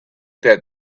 that